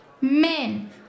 Men